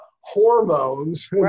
hormones